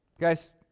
Guys